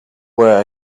where